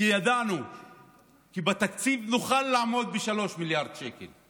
כי ידענו שבתקציב נוכל לעמוד ב-3 מיליארד שקל.